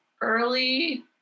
early